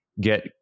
get